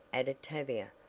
added tavia,